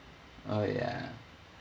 oh ya